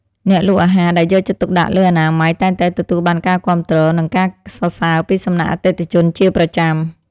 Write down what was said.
អ្នកលក់អាហារដែលយកចិត្តទុកដាក់លើអនាម័យតែងតែទទួលបានការគាំទ្រ និងការសរសើរពីសំណាក់អតិថិជនជាប្រចាំ។